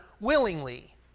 willingly